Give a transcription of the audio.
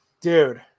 Dude